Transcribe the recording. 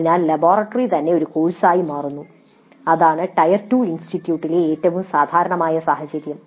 അതിനാൽ ലബോറട്ടറി തന്നെ ഒരു കോഴ്സായി മാറുന്നു അതാണ് ടയർ 2 ഇൻസ്റ്റിറ്റ്യൂട്ടുകളിലെ ഏറ്റവും സാധാരണമായ സാഹചര്യം